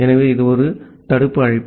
ஆகவே இது ஒரு தடுப்பு அழைப்பு